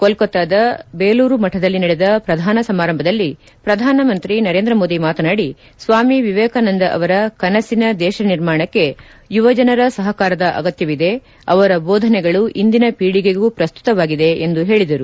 ಕೊಲ್ಲತಾದ ದೇಲೂರು ಮಠದಲ್ಲಿ ನಡೆದ ಶ್ರಧಾನ ಸಮಾರಂಭದಲ್ಲಿ ಪ್ರಧಾನಮಂತ್ರಿ ನರೇಂದ್ರ ಮೋದಿ ಮಾತನಾಡಿ ಸ್ನಾಮಿ ವಿವೇಕಾನಂದ ಅವರ ಕನಸಿನ ದೇಶ ನಿರ್ಮಾಣಕ್ಕೆ ಯುವಜನರ ಸಹಕಾರದ ಅಗತ್ಯವಿದೆ ಅವರ ಬೋಧನೆಗಳು ಇಂದಿನ ಪೀಳಿಗೆಗೂ ಪ್ರಸ್ತುತವಾಗಿದೆ ಎಂದು ಹೇಳದರು